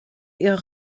ihrer